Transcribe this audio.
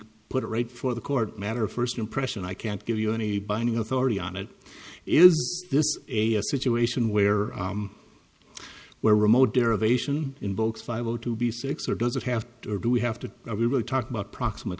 can put it right for the court matter first impression i can't give you any binding authority on it is this a situation where where remote derivation invokes fibro to be sex or does it have to or do we have to talk about proximate